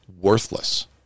worthless